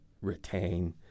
retain